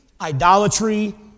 idolatry